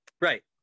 Right